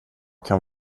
kan